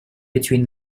between